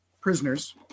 prisoners